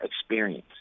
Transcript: experience